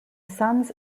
sons